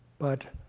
but